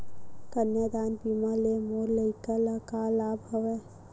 कन्यादान बीमा ले मोर लइका ल का लाभ हवय?